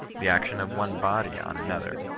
the action of one body on another,